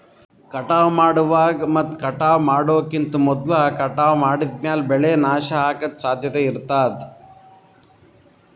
ಕಟಾವ್ ಮಾಡುವಾಗ್ ಮತ್ ಕಟಾವ್ ಮಾಡೋಕಿಂತ್ ಮೊದ್ಲ ಕಟಾವ್ ಮಾಡಿದ್ಮ್ಯಾಲ್ ಬೆಳೆ ನಾಶ ಅಗದ್ ಸಾಧ್ಯತೆ ಇರತಾದ್